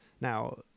Now